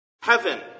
Heaven